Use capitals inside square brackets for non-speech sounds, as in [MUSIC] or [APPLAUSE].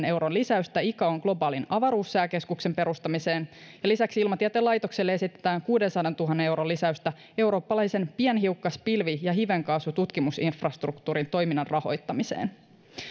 [UNINTELLIGIBLE] euron lisäystä icaon globaalin avaruussääkeskuksen perustamiseen ja lisäksi ilmatieteen laitokselle esitetään kuudensadantuhannen euron lisäystä eurooppalaisen pienhiukkas pilvi ja hivenkaasututkimusinfrastruktuurin toiminnan rahoittamiseen